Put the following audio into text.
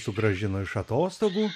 sugrąžino iš atostogų